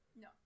No